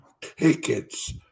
tickets